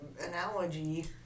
analogy